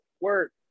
work